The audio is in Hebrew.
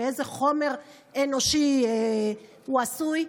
מאיזה חומר אנושי הוא עשוי.